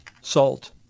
salt